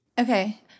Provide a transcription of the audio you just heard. Okay